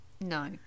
No